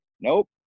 Nope